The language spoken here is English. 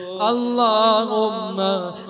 Allahumma